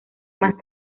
más